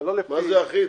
אבל לא לפי --- מה זה אחיד,